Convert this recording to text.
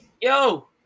yo